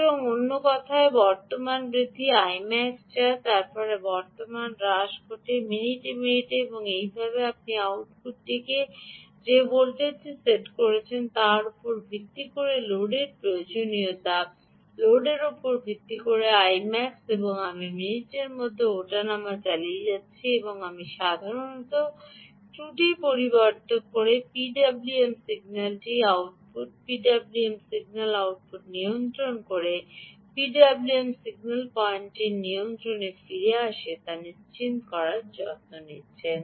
সুতরাং অন্য কথায় বর্তমান বৃদ্ধি Imax যায় এবং তারপরে বর্তমান হ্রাস ঘটে মিনিট মিনিটে এবং এভাবেই আপনি আউটপুটটিতে যে ভোল্টেজটি সেট করেছেন তার উপর ভিত্তি করে লোডের প্রয়োজনীয়তা লোডের উপর ভিত্তি করে Imax এবং আমি মিনিটের মধ্যে ওঠানামা চালিয়ে যায় এবং আমি সাধারণত ত্রুটি পরিবর্ধক হল পিডাব্লুএম সিগন্যালটিকে আউটপুট নিয়ন্ত্রণ করে ডানদিকে পিডাব্লুএম সিগন্যালটি পয়েন্টটি নিয়ন্ত্রণে ফিরে আসে তা নিশ্চিত করার যত্ন নিচ্ছে